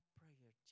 prayer